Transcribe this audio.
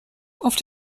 auf